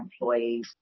employees